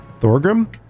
Thorgrim